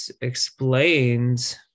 explains